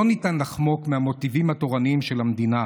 לא ניתן לחמוק מהמוטיבים התורניים של המדינה: